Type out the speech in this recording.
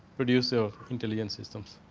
producer intelligence systems.